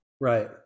Right